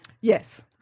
Yes